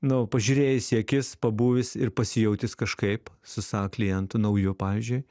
nu pažiūrėjęs į akis pabuvęs ir pasijautęs kažkaip su savo klientu nauju pavyzdžiui